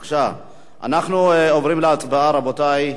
בבקשה, אנחנו עוברים להצבעה, רבותי.